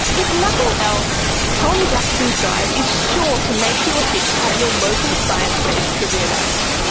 if nothing else, tom jackson's guide is sure to make you a hit at your local science-based trivia night.